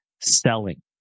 selling